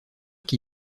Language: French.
qui